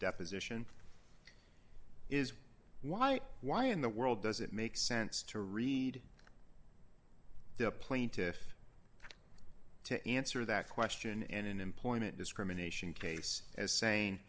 deposition is why why in the world does it make sense to read the plaintiff to answer that question and an employment discrimination case as saying